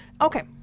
Okay